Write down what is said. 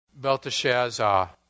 Belteshazzar